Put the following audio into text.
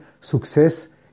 success